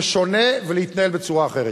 ושונה, ולהתנהל בצורה אחרת.